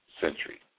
century